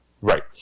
right